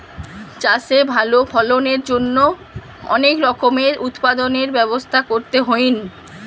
চাষে ভালো ফলনের জন্য অনেক রকমের উৎপাদনের ব্যবস্থা করতে হইন